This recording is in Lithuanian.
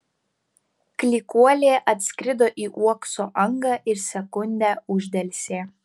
klykuolė atskrido į uokso angą ir sekundę uždelsė